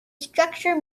structure